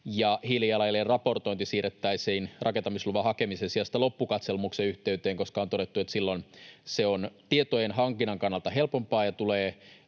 Hiilijalanjäljen raportointi siirrettäisiin rakentamisluvan hakemisen sijasta loppukatselmuksen yhteyteen, koska on todettu, että silloin se on tietojen hankinnan kannalta helpompaa ja tulee